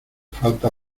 falta